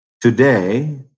Today